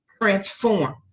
transform